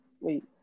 wait